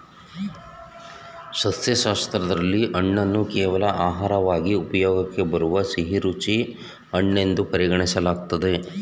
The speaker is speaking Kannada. ಸಸ್ಯಶಾಸ್ತ್ರದಲ್ಲಿ ಹಣ್ಣನ್ನು ಕೇವಲ ಆಹಾರವಾಗಿ ಉಪಯೋಗಕ್ಕೆ ಬರುವ ಸಿಹಿರುಚಿ ಹಣ್ಣೆನ್ದು ಪರಿಗಣಿಸಲಾಗ್ತದೆ